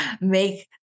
make